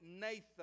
Nathan